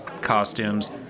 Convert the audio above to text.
Costumes